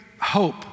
hope